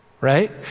right